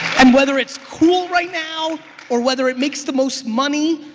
and whether it's cool right now or whether it makes the most money,